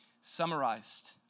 Summarized